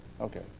Okay